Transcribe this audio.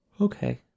Okay